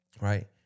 Right